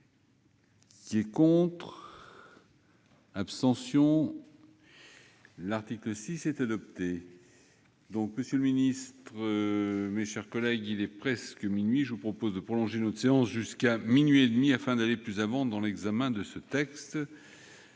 mise au point. Je mets aux voix l'article 6, modifié. Monsieur le ministre, mes chers collègues, il est presque minuit. Je vous propose de prolonger notre séance jusqu'à minuit et demi, afin d'aller plus avant dans l'examen de ce texte.